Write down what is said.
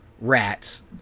rats